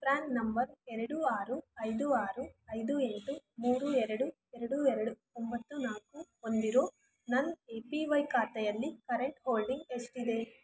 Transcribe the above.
PRAN number ಎರಡು ಆರು ಐದು ಆರು ಐದು ಎಂಟು ಮೂರು ಎರಡು ಎರಡು ಎರಡು ಒಂಬತ್ತು ನಾಲ್ಕು ಹೊಂದಿರೋ ನನ್ನ ಎ ಪಿ ವೈ ಖಾತೆಯಲ್ಲಿ ಕರೆಂಟ್ ಹೋಲ್ಡಿಂಗ್ ಎಷ್ಟಿದೆ